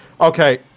okay